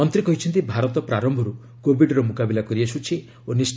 ମନ୍ତୀ କହିଛନ୍ତି ଭାରତ ପ୍ରାରମ୍ମରୁ କୋବିଡ୍ର ମୁକାବିଲା କରି ଆସୁଛି ଓ ନିଷ୍